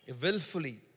Willfully